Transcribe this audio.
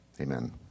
Amen